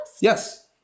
yes